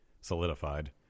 solidified